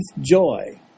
joy